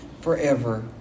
forever